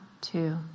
Two